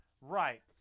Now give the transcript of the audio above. Right